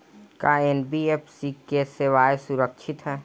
का एन.बी.एफ.सी की सेवायें सुरक्षित है?